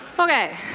okay.